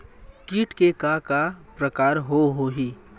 कीट के का का प्रकार हो होही?